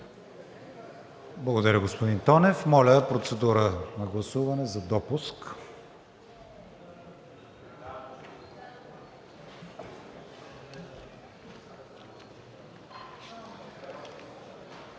Благодаря, господин Тонев. Моля, процедура на гласуване за допуск.